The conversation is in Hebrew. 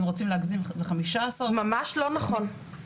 אם רוצים להגזים זה 15. ממש לא נכון.